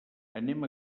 anem